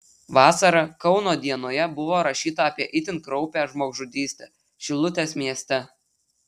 vasarą kauno dienoje buvo rašyta apie itin kraupią žmogžudystę šilutės mieste